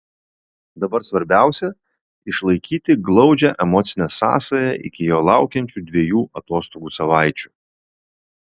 dabar svarbiausia išlaikyti glaudžią emocinę sąsają iki jo laukiančių dviejų atostogų savaičių